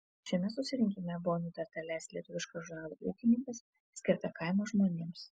šiame susirinkime buvo nutarta leisti lietuvišką žurnalą ūkininkas skirtą kaimo žmonėms